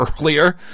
earlier